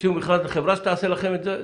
תוציאו מכרז לחברה שתעשה לכם את זה.